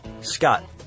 Scott